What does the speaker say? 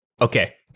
Okay